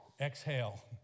exhale